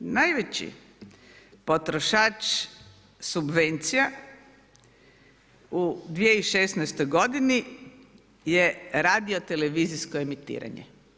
Najveći potrošač subvencija u 2016. godini je radio-televizijsko emitiranje.